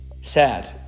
Sad